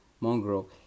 mongrel